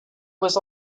was